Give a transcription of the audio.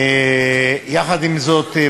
יחד עם זאת,